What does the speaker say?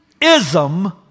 ism